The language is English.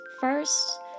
First